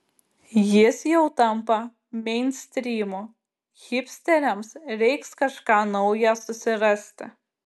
jis jau tampa meinstrymu hipsteriams reiks kažką naują susirasti